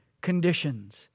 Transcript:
conditions